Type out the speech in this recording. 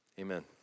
amen